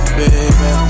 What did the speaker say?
baby